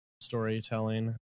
storytelling